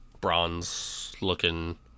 bronze-looking